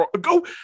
go